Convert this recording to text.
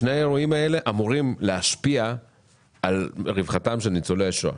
שני האירועים האלה אמורים להשפיע על רווחתם של ניצולי השואה,